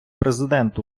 президент